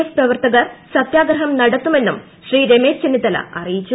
F പ്രവർത്തകർ സത്യാഗ്രഹം നടത്തു മെന്നും ശ്രീ രമേശ് ചെന്നിത്തല അറിയിച്ചു